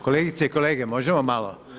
Kolegice i kolege možemo malo!